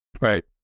Right